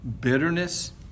bitterness